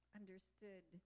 understood